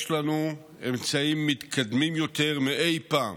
יש לנו אמצעים מתקדמים יותר מאי פעם,